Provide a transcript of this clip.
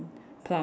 plum